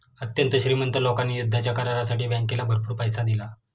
अत्यंत श्रीमंत लोकांनी युद्धाच्या करारासाठी बँकेला भरपूर पैसा दिला